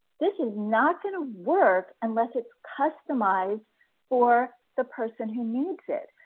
this is not gonna work unless it's customized for the person who needs it.